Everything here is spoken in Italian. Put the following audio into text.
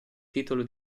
titolo